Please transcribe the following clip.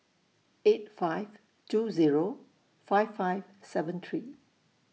eight five two Zero five five seven three